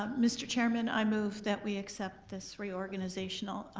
um mr. chairman, i move that we accept this reorganizational